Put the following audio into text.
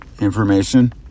information